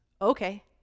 okay